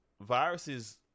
Viruses